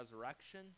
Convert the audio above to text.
resurrection